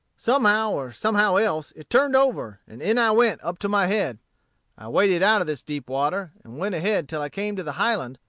somehow or somehow else, it turned over, and in i went up to my head. i waded out of this deep water, and went ahead till i came to the highland,